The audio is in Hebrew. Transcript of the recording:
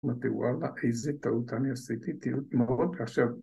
‫מדבר על איזה טעות ‫אני עשיתי, תראו, מאוד קשה.